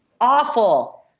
awful